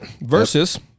versus